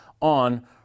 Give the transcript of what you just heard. on